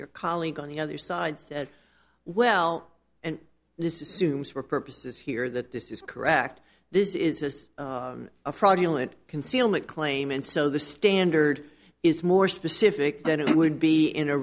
your colleague on the other side says well and this assumes for purposes here that this is correct this is just a fraudulent concealment claim and so the standard is more specific than it would be in a